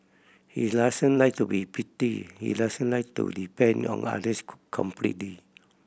he doesn't like to be pitied he doesn't like to depend on others completely